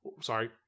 sorry